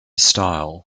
style